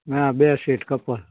હા બે seat couple